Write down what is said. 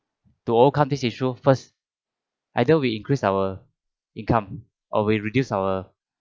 to overcome this issue first either we increase our income or we reduce our